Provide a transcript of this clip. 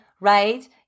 right